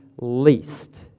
least